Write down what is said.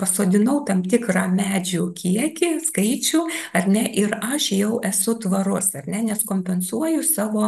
pasodinau tam tikrą medžių kiekį skaičių ar ne ir aš jau esu tvarus ar ne nes kompensuoju savo